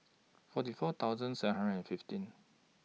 forty four thousand seven hundred and fifteen